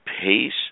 pace